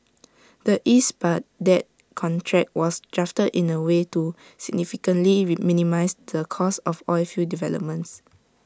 the east Baghdad contract was drafted in A way to significantly reminimise the cost of oilfield developments